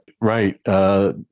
Right